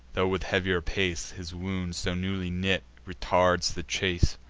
tho' with heavier pace his wound, so newly knit, retards the chase,